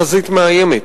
אנושיות,